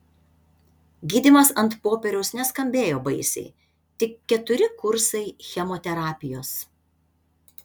gydymas ant popieriaus neskambėjo baisiai tik keturi kursai chemoterapijos